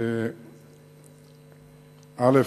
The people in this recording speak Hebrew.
א.